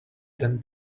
than